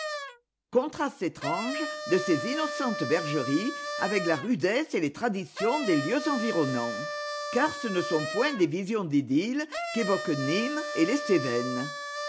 contraste étrange de ces innocentes bergeries avec la rudesse et les traditions des lieux environnants car ce ne sont point des visions d'idylle qu'évoquent nîmes et les cévennes